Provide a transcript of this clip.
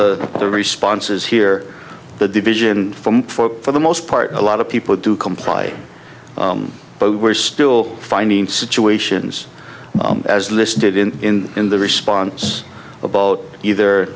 the other responses here the division from for the most part a lot of people do comply but we're still finding situations as listed in in the response about either